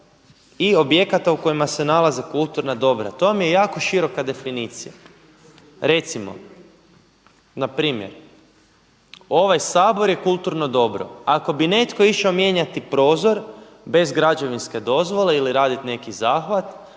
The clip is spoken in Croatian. i objekata u kojima se nalaze kulturna dobra. To vam je jako široka definicija. Recimo na primjer, ovaj Sabor je kulturno dobro. Ako bi netko išao mijenjati prozor bez građevinske dozvole ili raditi neki zahtjev,